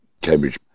cambridge